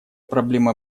проблемой